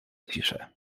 ciszę